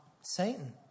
Satan